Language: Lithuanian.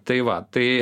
tai va tai